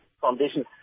Foundation